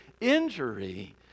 injury